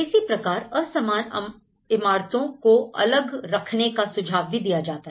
इसी प्रकार असमान इमारतों को अलग रखने का सुझाव भी दिया जाता है